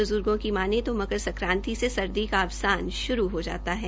ब्ज्गो की माने तो मकर संक्रांति से सर्दी का अवसान होना श्रू हो जाता है